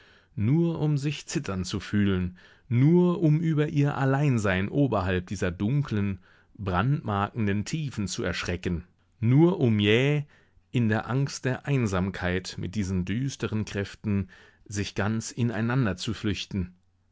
nur um sich zittern zu fühlen nur um über ihr alleinsein oberhalb dieser dunklen brandmarkenden tiefen zu erschrecken nur um jäh in der angst der einsamkeit mit diesen düsteren kräften sich ganz ineinander zu flüchten